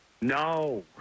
No